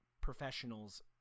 Professionals